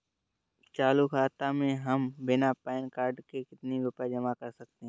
चालू खाता में हम बिना पैन कार्ड के कितनी रूपए जमा कर सकते हैं?